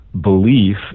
belief